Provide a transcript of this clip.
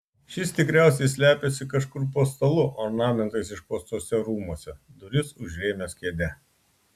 šis tikriausiai slepiasi kažkur po stalu ornamentais išpuoštuose rūmuose duris užrėmęs kėde